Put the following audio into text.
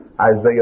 Isaiah